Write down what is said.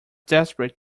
desperate